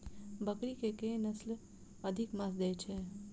बकरी केँ के नस्ल अधिक मांस दैय छैय?